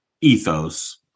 ethos